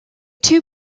two